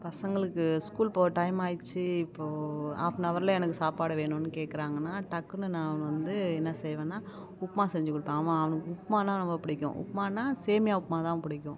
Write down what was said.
பசங்களுக்கு ஸ்கூல் போக டைம் ஆகிடுச்சி இப்போது ஹாஃப் ஆன் ஹவரில் எனக்கு சாப்பாடு வேணும்ன்னு கேட்குறாங்கனா டக்குன்னு நான் வந்து என்ன செய்வேனால் உப்புமா செஞ்சு கொடுப்பேன் அவன் அவனுக்கு உப்புமானால் ரொம்ப பிடிக்கும் உப்புமானால் சேமியா உப்புமா தான் பிடிக்கும்